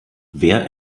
wer